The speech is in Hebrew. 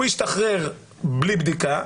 הוא ישתחרר בלי בדיקה,